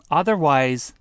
otherwise